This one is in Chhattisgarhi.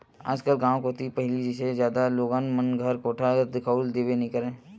आजकल गाँव कोती पहिली जइसे जादा लोगन मन घर कोठा दिखउल देबे नइ करय